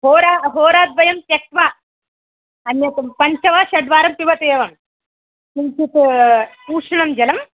होरा होराद्वयं त्यक्त्वा अन्यत् पञ्च वा षड्वारं पिबतु एवं किञ्चित् उष्णं जलं